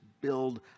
build